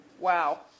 Wow